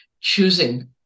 Choosing